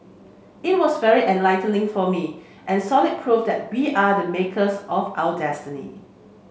it was very enlightening for me and solid proof that we are the makers of our destiny